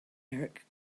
erik